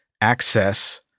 access